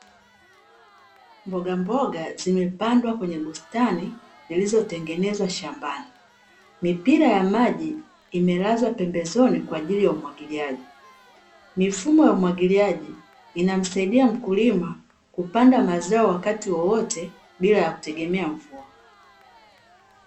Mbogamboga zimepandwa kwenye bustani zilizotengenezwa shambani, mipira ya maji imelazwa pembezoni kwaajili ya umwagiliaji mifumo ya umwagiliaji, inamsaidia mkulima kupanda mazao wakati wowote bila ya kutegemea mvua.